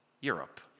Europe